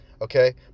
okay